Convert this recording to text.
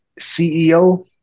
CEO